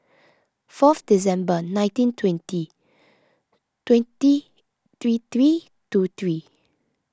fourth December nineteen twenty twenty three three two three